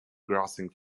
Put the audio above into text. grossing